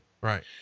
Right